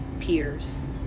peers